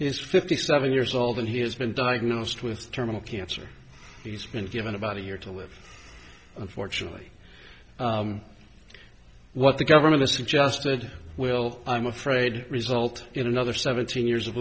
he's fifty seven years old and he has been diagnosed with terminal cancer he's been given about a year to live unfortunately what the government has suggested will i'm afraid result in another seventeen years of